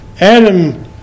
Adam